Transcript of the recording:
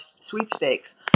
sweepstakes